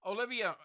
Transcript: Olivia